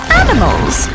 animals